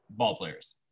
ballplayers